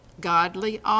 Godly